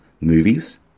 Movies